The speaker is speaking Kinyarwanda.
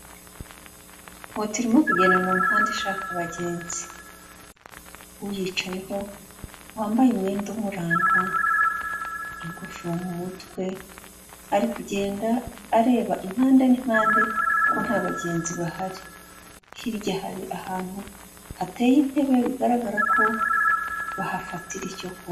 Moto irimo kugenda mu muhanda ishaka abagenzi, uyicayeho wambaye umwenda umuranga, ingofero mu mutwe, ari kugenda areba impande n'impande ko nta bagenzi bahari, hirya hari ahantu hateye intebe bigaragara ko bahafatira icyo kunywa.